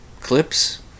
clips